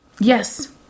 Yes